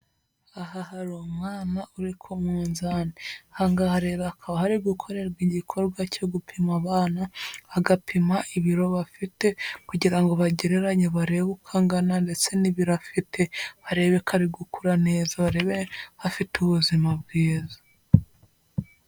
Aha hari umwana uri ku munzani. Aha ngaha rero hakaba hari gukorerwa igikorwa cyo gupima abana, bagapima ibiro bafite ,kugira ngo bagereranya barebe uko angana ndetse n'ibiro afite, barebe ko ari gukura neza, barebe ko afite ubuzima bwiza.